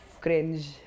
Cringe